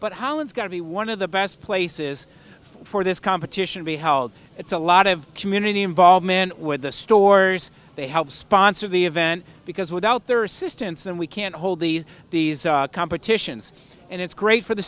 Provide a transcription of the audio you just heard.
is going to be one of the best places for this competition be how it's a lot of community involvement with the stores they help sponsor the event because without their assistance and we can't hold these these come petitions and it's great for the